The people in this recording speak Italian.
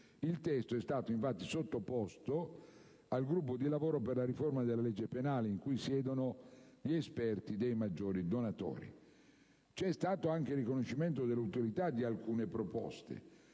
Il testo è stato, infatti, sottoposto al gruppo di lavoro per la riforma della legge penale in cui siedono esperti dei maggiori donatori. Pur riconoscendo l'utilità di talune proposte,